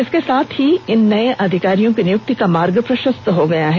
इसके साथ ही इन नये अधिकारियों की नियुक्ति का मार्ग प्रषस्त हो गया है